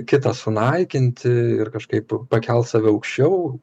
kitą sunaikinti ir kažkaip pakelt save aukščiau